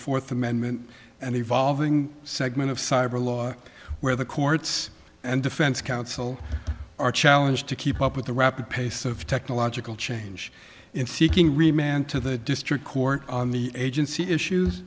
fourth amendment an evolving segment of cyber law where the courts and defense counsel are challenged to keep up with the rapid pace of technological change in seeking remand to the district court on the agency